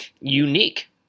unique